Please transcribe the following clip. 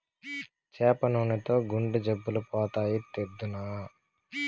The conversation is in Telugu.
చేప నూనెతో గుండె జబ్బులు పోతాయి, తెద్దునా